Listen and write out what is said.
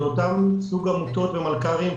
זה אותו סוג עמותות ומלכ"רים,